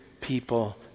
people